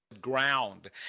ground